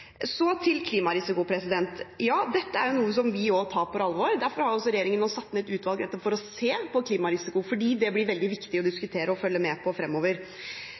Så til klimarisiko: Ja, dette er noe som vi også tar på alvor. Derfor har regjeringen nå satt ned et utvalg nettopp for å se på klimarisiko, fordi det blir veldig viktig å diskutere og følge med på fremover.